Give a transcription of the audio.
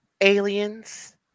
aliens